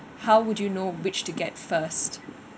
how would you know which to get first